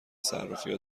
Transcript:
صرافیها